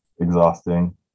exhausting